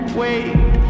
wait